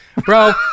bro